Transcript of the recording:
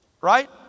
Right